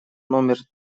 номер